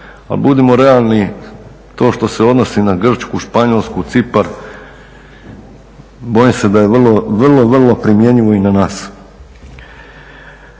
budimo realni to što se odnosi na Grčku, Španjolsku, Cipar bojim se da je vrlo, vrlo primjenjivo i na nas.